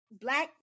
black